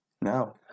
No